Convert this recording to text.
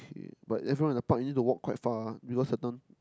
but everyone in the park you need to walk quite far because certain